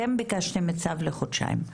אתם ביקשתם צו לחודשיים.